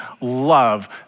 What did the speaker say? love